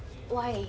why